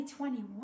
2021